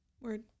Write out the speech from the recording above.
Word